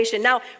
Now